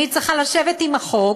אני צריכה לשבת עם החוק,